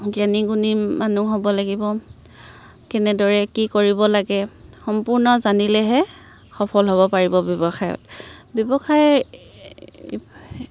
জ্ঞানী গুণী মানুহ হ'ব লাগিব কেনেদৰে কি কৰিব লাগে সম্পূৰ্ণ জানিলেহে সফল হ'ব পাৰিব ব্যৱসায়ত ব্যৱসায়